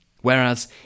Whereas